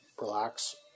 relax